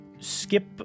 skip